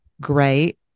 great